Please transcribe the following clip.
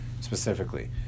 specifically